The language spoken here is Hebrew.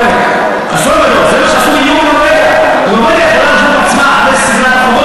אבל אפשר להשקיע את הכסף אז בחינוך,